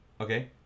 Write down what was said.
Okay